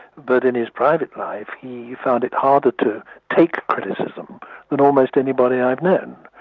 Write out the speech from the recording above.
but in his private life he found it harder to take criticism than almost anybody i've known.